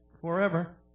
Forever